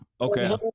Okay